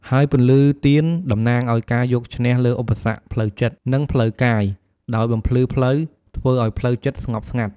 ហើយពន្លឺទៀនតំណាងឲ្យការយកឈ្នះលើឧបសគ្គផ្លូវចិត្ត និងផ្លូវកាយ ដោយបំភ្លឺផ្លូវ ធ្វើឲ្យផ្លូវចិត្តស្ងប់ស្ងាត់។